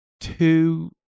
two